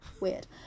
weird